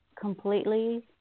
completely